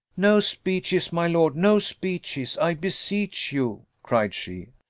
no speeches, my lord! no speeches, i beseech you, cried she,